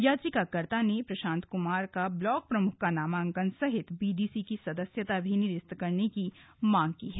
याचिकाकर्ता ने प्रशांत कुमार का ब्लाक प्रमुख का नामांकन सहित बीडीसी की सदस्यता निरस्त करने की मांग की है